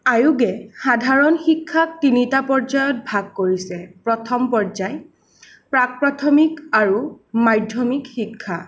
আয়োগে সাধাৰণ শিক্ষাক তিনিটা পৰ্যায়ত ভাগ কৰিছে প্ৰথম পৰ্যায় প্ৰাক প্ৰাথমিক আৰু মাধ্যমিক শিক্ষা